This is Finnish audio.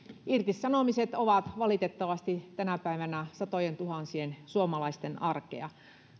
irtisanomiset ovat valitettavasti tänä päivänä satojentuhansien suomalaisten arkea